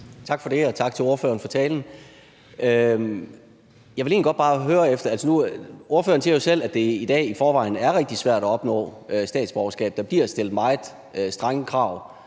Tak for det, og tak til ordføreren for talen. Jeg vil egentlig godt bare høre om noget. Ordføreren siger jo selv, at det i dag i forvejen er rigtig svært at opnå statsborgerskab. Der bliver stillet meget strenge krav,